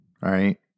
right